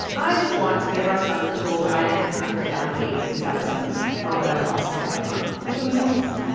i just want to give our son the tools i didn't have to navigate these episodes or whatever else is going on that's really nice